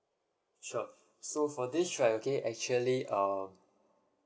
sure so for this right okay actually uh